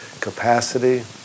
capacity